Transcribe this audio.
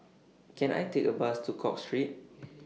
Can I Take A Bus to Cook Street